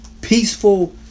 Peaceful